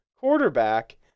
quarterback